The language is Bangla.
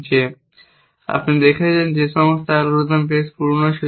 যে আপনি দেখেছেন যে সমস্ত অ্যালগরিদম বেশ পুরানো ছিল